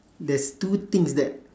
there's two things that